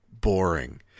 boring